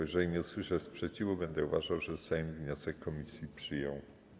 Jeżeli nie usłyszę sprzeciwu, będę uważał, że Sejm wniosek komisji przyjął.